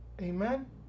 Amen